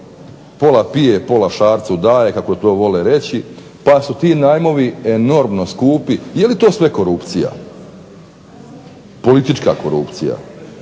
pola pije pola šarcu daje kako to vole reći, pa su ti najmovi enormno skupi, je li to sve korupcija? Politička korupcija.